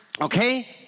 okay